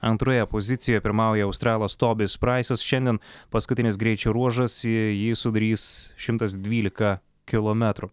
antroje pozicijoj pirmauja australas tobis praisas šiandien paskutinis greičio ruožas į jį sudarys šimtas dvylika kilometrų